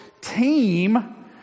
team